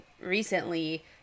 recently